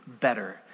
better